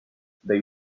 they